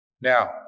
Now